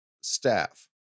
staff